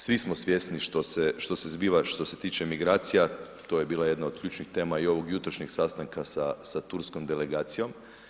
Svi smo svjesni što se zbiva, što se tiče migracija, to je bila jedna od ključnih tema i ovog jutrošnjeg sastanka sa turskom delegacijom.